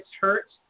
hertz